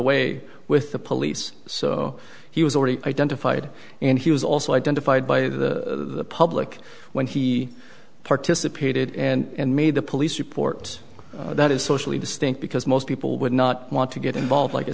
way with the police so he was already identified and he was also identified by the public when he participated and made the police report that is socially distinct because most people would not want to get involved like i